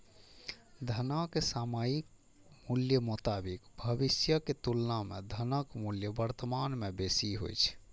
धनक सामयिक मूल्यक मोताबिक भविष्यक तुलना मे धनक मूल्य वर्तमान मे बेसी होइ छै